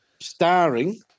Starring